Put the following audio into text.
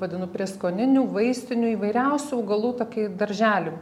vadinu prieskoninių vaistinių įvairiausių augalų tokį darželį